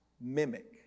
mimic